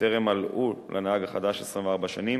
טרם מלאו לנהג החדש 24 שנים,